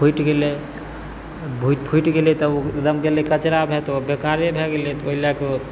फुटि गेलय भू फुटि गेलय तब उ एगदम गेलय कचड़ामे तऽ ओ बेकारे भए गेलय ओइ लएके ओ